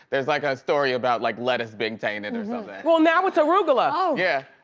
there's like a story about like lettuce being tainted or something. well, now it's arugula. oh. yeah.